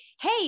Hey